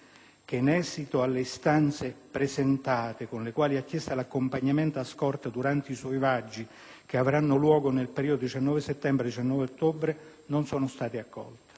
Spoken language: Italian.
che le «istanze presentate, con le quali ha chiesto l'accompagnamento e scorta durante i suoi viaggi, (...) che avranno luogo nel periodo 19 settembre - 19 ottobre 2008, non sono state accolte.